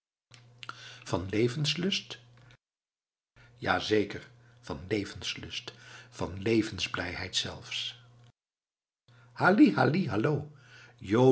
van levenslust ja zeker van levenslust van levensblijheid zelfs halli halli hallo